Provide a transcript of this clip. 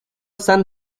san